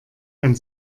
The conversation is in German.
ein